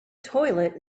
toilet